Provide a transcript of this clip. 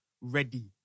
ready